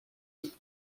une